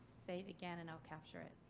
say it again and i'll capture it.